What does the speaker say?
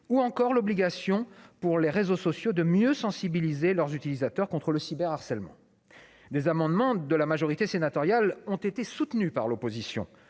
l'étranger, l'obligation pour les réseaux sociaux de mieux sensibiliser leurs utilisateurs contre le cyberharcèlement. Des amendements de la majorité sénatoriale ont été soutenus par l'opposition.